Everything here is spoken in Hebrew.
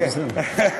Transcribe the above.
זה בסדר.